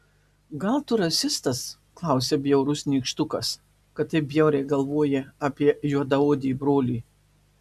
gal tu rasistas klausia bjaurus nykštukas kad taip bjauriai galvoji apie juodaodį brolį